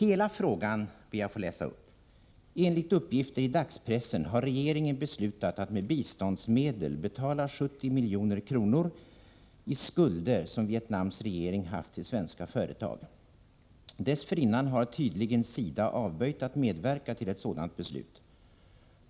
Jag ber att få läsa upp den i dess helhet: ”Enligt uppgifter i dagspressen har regeringen beslutat att med biståndsmedel betala 70 milj.kr. i skulder som Vietnams regering haft till svenska företag. Dessförinnan har tydligen SIDA avböjt att medverka till ett sådant beslut.